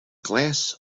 glass